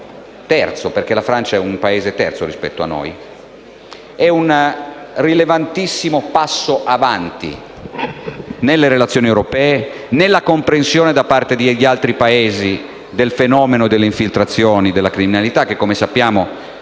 terzo (perché la Francia è un Paese terzo rispetto a noi). Questo è un rilevantissimo passo in avanti nelle relazioni europee e nella comprensione, da parte degli altri Paesi del fenomeno delle infiltrazioni e della criminalità, che come sappiamo